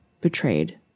Betrayed